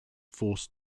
forced